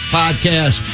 podcast